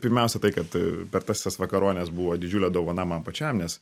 pirmiausia tai kad per tas visas vakarones buvo didžiulė dovana man pačiam nes